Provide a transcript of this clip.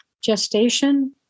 gestation